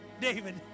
David